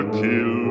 kill